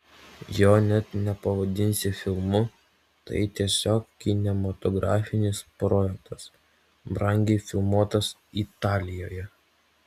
jo net nepavadinsi filmu tai tiesiog kinematografinis projektas brangiai filmuotas italijoje